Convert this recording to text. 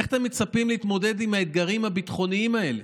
איך אתם מצפים להתמודד עם האתגרים הביטחוניים האלה?